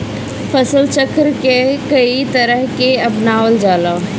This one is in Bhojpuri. फसल चक्र के कयी तरह के अपनावल जाला?